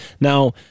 now